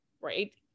right